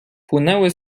płynęły